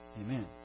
Amen